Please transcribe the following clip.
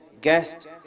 guest